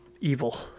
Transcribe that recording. evil